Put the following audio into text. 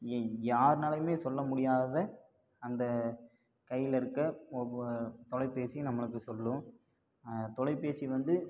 ஏ யார்னாலையும் சொல்ல முடியாததை அந்த கையில் இருக்கற தொலைபேசி நம்மளுக்கு சொல்லும் தொலைபேசி வந்து